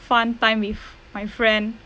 fun time with my friend